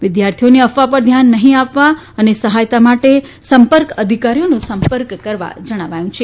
વિદ્યાર્થીઓને અફવા પર ધ્યાન નહીં આપવા અને સહાયતા માટે સંપર્ક અધિકારીનો સંપર્ક કરવા જણાવ્યું છે